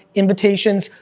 invitations,